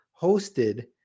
hosted